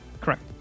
Correct